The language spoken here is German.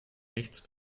nichts